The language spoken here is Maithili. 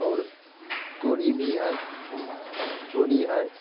आओर तोरी भी हइ तोरी हइ